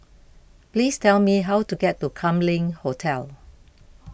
please tell me how to get to Kam Leng Hotel